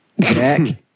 jack